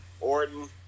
Orton